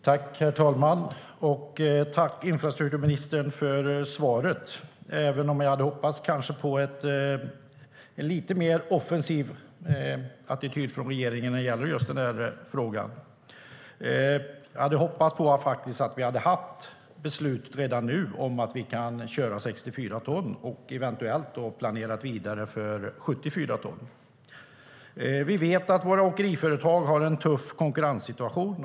Herr talman! Jag tackar infrastrukturministern för svaret, även om jag kanske hade hoppats på en lite mer offensiv attityd från regeringen i denna fråga. Jag hade hoppats på att vi redan nu skulle ha haft beslutet om att kunna köra 64 ton och att man eventuellt redan skulle ha planerat vidare för 74 ton. Vi vet att våra åkeriföretag har en tuff konkurrenssituation.